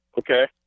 Okay